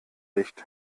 licht